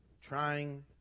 trying